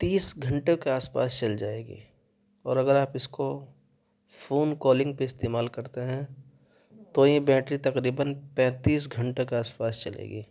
تیس گھنٹوں کے آس پاس چل جائے گی اور اگر آپ اس کو فون کالنگ پہ استعمال کرتے ہیں تو یہ بیٹری تقریباً پینتیس گھنٹہ کے آس پاس چلے گی